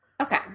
Okay